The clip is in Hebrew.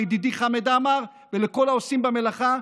לידידי חמד עמאר ולכל העושים במלאכה,